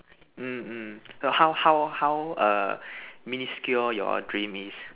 mm mm how how how err minuscule your dream is